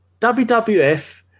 WWF